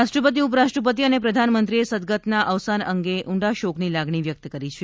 રાષ્ટ્રપતિ ઉપરાષ્ટ્રપતિ અને પ્રધાનમંત્રીએ સદગત ના અવસાન અંગે ઉંડા શોકની લગાણી વ્યક્ત કરી છે